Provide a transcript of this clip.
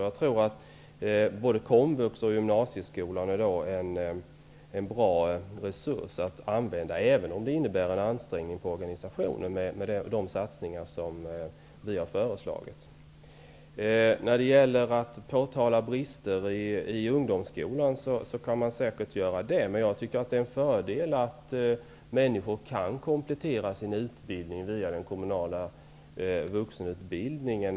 Jag tror att både Komvux och gymnasieskolan i dag utgör en bra resurs, även om det innebär en ansträngning för organisationen med de satsningar som vi har föreslagit. Man kan säkert påtala brister i ungdomsskolan. Jag tycker dock att det är en fördel att människor kan komplettera sin utbildning via den kommunala vuxenutbildningen.